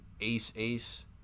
ace-ace